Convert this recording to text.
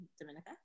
Dominica